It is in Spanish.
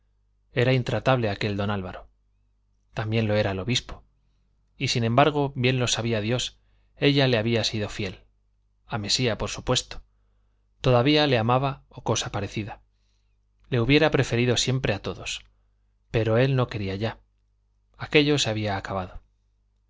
era intratable aquel don álvaro también lo era el obispo y sin embargo bien lo sabía dios ella le había sido fiel a mesía por supuesto todavía le amaba o cosa parecida le hubiera preferido siempre a todos pero él no quería ya aquello se había acabado